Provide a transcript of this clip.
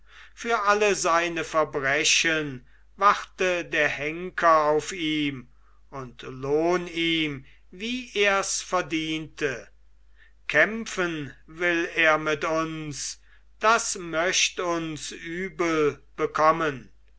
für alle seine verbrechen warte der henker ihm auf und lohn ihm wie ers verdiente kämpfen will er mit uns das möcht uns übel bekommen